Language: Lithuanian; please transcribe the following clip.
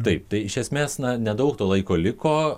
taip tai iš esmės na nedaug to laiko liko